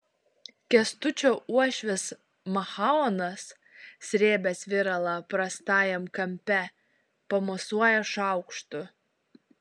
kęstučio uošvis machaonas srėbęs viralą prastajam kampe pamosuoja šaukštu